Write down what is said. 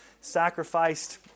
sacrificed